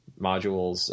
modules